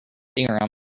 theorem